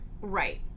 Right